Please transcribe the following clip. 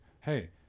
hey